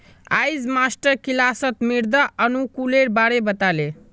अयेज मास्टर किलासत मृदा अनुकूलेर बारे बता ले